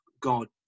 god